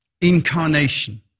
Incarnation